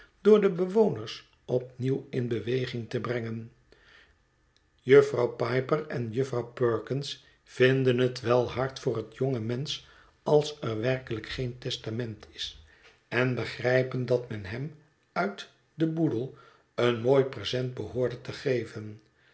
door de bewoners opnieuw in beweging te brengen jufvrouw piper en jufvrouw perkins vinden het wel hard voor het jonge mensch als er werkelijk geen testament is en begrijpen dat men hem uit den boedel een mooi present behoorde te geven